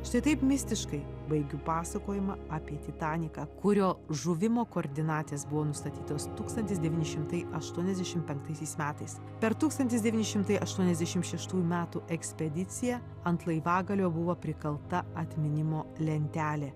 štai taip mistiškai baigiu pasakojimą apie titaniką kurio žuvimo koordinatės buvo nustatytos tūkstantis devyni šimtai aštuoniasdešim penktaisiais metais per tūkstantis devyni šimtai aštuoniasdešim šeštųjų metų ekspediciją ant laivagalio buvo prikalta atminimo lentelė